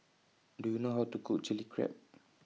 Do YOU know How to Cook Chili Crab